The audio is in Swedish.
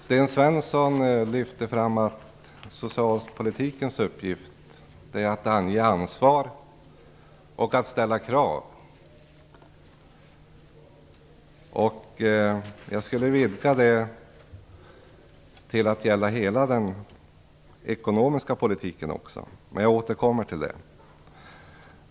Sten Svensson lyfte fram att socialpolitikens uppgift är att ange ansvar och ställa krav. Jag skulle vilja att detta vidgades till att också gälla hela den ekonomiska politiken. Men jag återkommer till det.